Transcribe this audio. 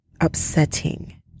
upsetting